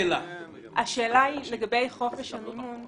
היא לגבי חופש המימון,